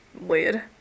weird